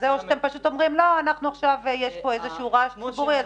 או שאתם אומרים שעכשיו יש איזה רעש ציבורי,